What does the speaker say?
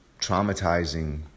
traumatizing